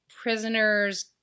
prisoners